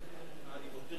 אדוני.